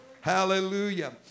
Hallelujah